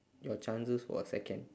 your chances for a second